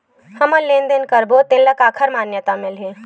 हमन लेन देन करबो त तेन ल काखर मान्यता मिलही?